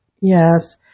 yes